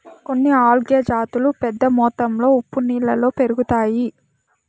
కొన్ని ఆల్గే జాతులు పెద్ద మొత్తంలో ఉప్పు నీళ్ళలో పెరుగుతాయి